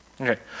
Okay